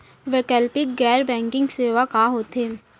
वैकल्पिक गैर बैंकिंग सेवा का होथे?